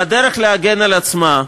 והדרך להגן על עצמה,